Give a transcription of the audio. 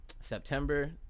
September